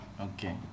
Okay